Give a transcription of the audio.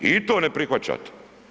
I to ne prihvaćate.